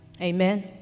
amen